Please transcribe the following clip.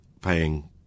paying